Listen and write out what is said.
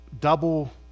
double